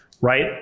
right